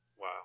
Wow